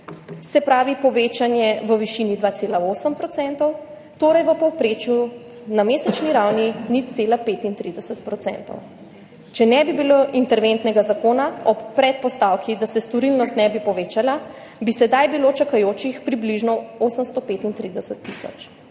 se pravi povečanje v višini 2,8 %, torej v povprečju na mesečni ravni 0,35 %. Če ne bi bilo interventnega zakona, ob predpostavki, da se storilnost ne bi povečala, bi bilo sedaj čakajočih približno 835 tisoč.